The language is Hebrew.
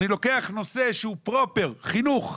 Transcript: אני לוקח נושא שהוא פרופר חינוך.